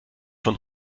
von